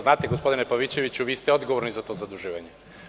Znate, gospodine Pavićeviću vi ste odgovorni za ovo zaduživanje.